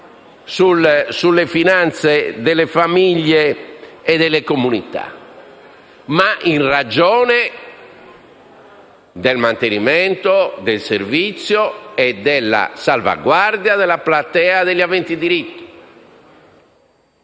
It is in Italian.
sulle finanze delle famiglie e delle comunità, ma in ragione del mantenimento del servizio e della salvaguardia della platea degli aventi diritto.